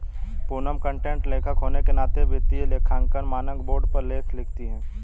Poonam content लेखक होने के नाते वित्तीय लेखांकन मानक बोर्ड पर लेख लिखती है